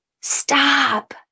Stop